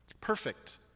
perfect